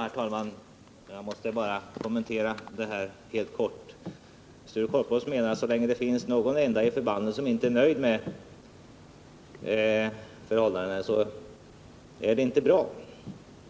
Herr talman! Jag måste helt kort kommentera detta. Sture Korpås menar att så länge det finns någon enda i förbandet som inte är nöjd med förhållandena är det inte bra.